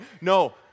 No